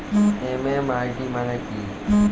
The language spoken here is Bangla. এম.এম.আই.ডি মানে কি?